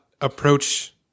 approach